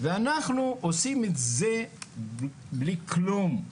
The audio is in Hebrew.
ואנחנו עושים את זה בלי כלום.